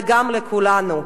וגם לכולנו,